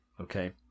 Okay